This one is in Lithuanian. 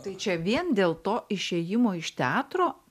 tai čia vien dėl to išėjimo iš teatro